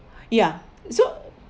ya so